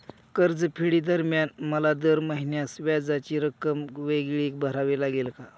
कर्जफेडीदरम्यान मला दर महिन्यास व्याजाची रक्कम वेगळी भरावी लागेल का?